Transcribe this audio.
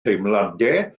teimladau